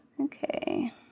Okay